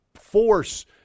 force